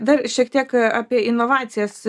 dar šiek tiek apie inovacijas